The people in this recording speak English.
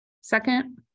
Second